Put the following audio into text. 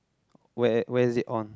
where where is it on